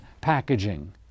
packaging